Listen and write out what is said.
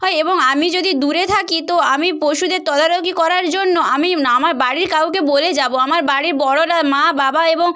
হয় এবং আমি যদি দূরে থাকি তো আমি পশুদের তদারকি করার জন্য আমি আমার বাড়ির কাউকে বলে যাব আমার বাড়ির বড়রা মা বাবা এবং